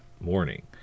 morning